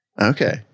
Okay